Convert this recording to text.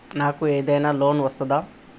నాకు ఏదైనా లోన్ వస్తదా?